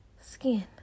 Skin